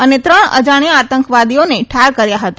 અને ત્રણ અજાણ્યા આતંકવાદીઓને ઠાર કર્યા હતા